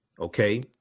Okay